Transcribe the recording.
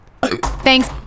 thanks